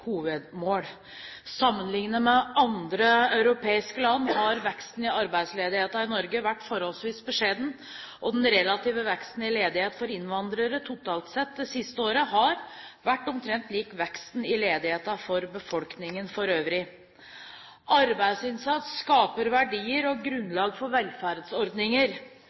hovedmål. Sammenlignet med andre europeiske land har veksten i arbeidsledigheten i Norge vært forholdsvis beskjeden, og den relative veksten i ledighet for innvandrere totalt sett det siste året har vært omtrent lik veksten i ledigheten for befolkningen for øvrig. Arbeidsinnsats skaper verdier og grunnlag for velferdsordninger.